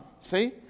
see